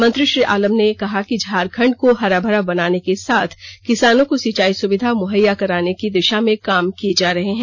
मंत्री श्री आलम ये कहा कि झारखंड को हराभरा बनाने के साथ किसानों को सिंचाई सुविधा मुहैया कराने की दिशा में काम किये जा रहे है